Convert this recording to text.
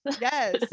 yes